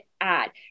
add